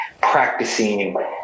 practicing